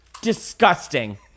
Disgusting